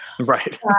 Right